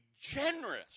generous